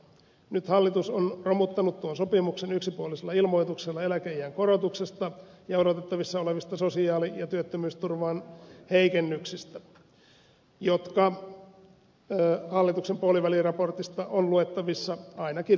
nyt hallitus on romuttanut tuon sopimuksen yksipuolisella ilmoituksella eläkeiän korotuksesta ja odotettavissa olevista sosiaali ja työttömyysturvan heikennyksistä jotka hallituksen puoliväliraportista ovat luettavissa ainakin rivien välistä